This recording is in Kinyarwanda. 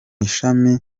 ishami